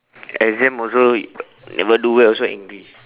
exam also never do well also angry